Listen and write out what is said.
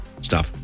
stop